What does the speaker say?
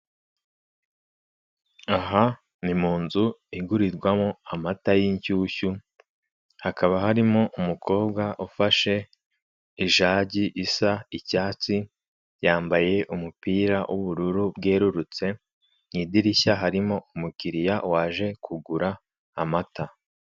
Aha ni mu nzu igurirwamo amata y'inshyushyu, hakaba harimo umukobwa ufashe ijagi isa icyatsi, yambaye umupira w'ubururu bwerurutse, mu idirishya harimo umukiliya waje kugura amata.